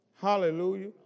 Hallelujah